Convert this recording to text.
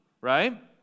right